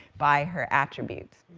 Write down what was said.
by her attributes.